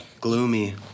gloomy